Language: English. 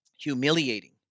Humiliating